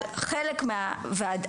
אבל חלק מהוועדה,